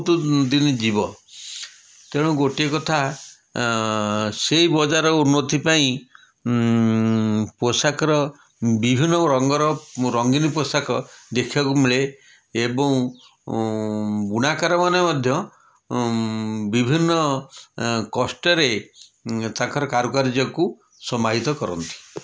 ବହୁତୁ ଉଁ ଦିନି ଯିବ ତେଣୁ ଗୋଟେ କଥା ସେଇ ବଜାର ଉନ୍ନତି ପାଇଁ ପୋଷାକର ବିଭିନ୍ନ ରଙ୍ଗର ରଙ୍ଗୀନ ପୋଷାକ ଦେଖିବାକୁ ମିଳେ ଏବଂ ବୁଣାକାରମାନେ ମଧ୍ୟ ବିଭିନ୍ନ କଷ୍ଟରେ ଉଁ ତାଙ୍କର କାରୁକାର୍ଯ୍ୟକୁ ସମାହିତ କରନ୍ତି